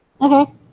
Okay